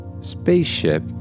Spaceship